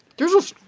there's just